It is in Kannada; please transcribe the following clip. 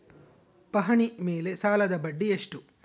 ಪಹಣಿ ಮೇಲೆ ಸಾಲದ ಬಡ್ಡಿ ಎಷ್ಟು?